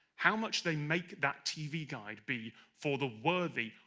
how much they make that tv guide be for the worthy,